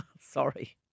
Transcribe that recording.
Sorry